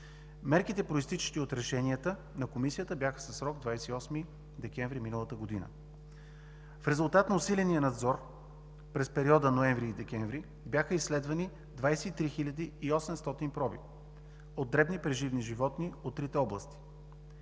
Мерките, произтичащи от решенията на Комисията, бяха със срок 28 декември миналата година. В резултат на усиления надзор през периода ноември-декември бяха изследвани 23 800 проби от дребни преживни животни от трите области.